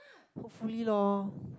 hopefully lor